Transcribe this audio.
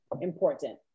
important